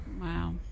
Wow